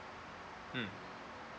mm